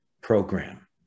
program